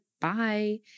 bye